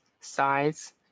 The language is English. size